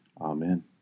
Amen